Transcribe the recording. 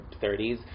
30s